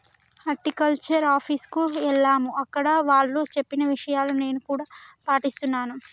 horticulture office కు ఎల్లాము అక్కడ వాళ్ళు చెప్పిన విషయాలు నేను కూడా పాటిస్తున్నాను